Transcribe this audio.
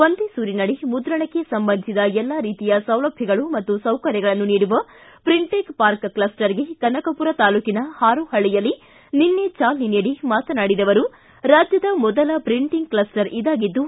ಒಂದೇ ಸೂರಿನಡಿ ಮುದ್ರಣಕ್ಕೆ ಸಂಬಂಧಿಸಿದ ಎಲ್ಲಾ ರೀತಿಯ ಸೌಲಭ್ಯಗಳು ಮತ್ತು ಸೌಕರ್ಯಗಳನ್ನು ನೀಡುವ ಪ್ರಿಂಟೆಕ್ ಪಾರ್ಕ್ ಕ್ಷಸ್ಟರ್ಗೆ ಕನಕಮರ ತಾಲೂಕಿನ ಹಾರೋಹಳ್ಳಯಲ್ಲಿ ನಿನ್ನೆ ಚಾಲನೆ ನೀಡಿ ಮಾತನಾಡಿದ ಅವರು ರಾಜ್ಯದ ಮೊದಲ ಪ್ರಿಂಟಿಂಗ್ ಕ್ಷಸ್ಸರ್ ಇದಾಗಿದ್ದು